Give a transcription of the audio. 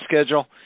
schedule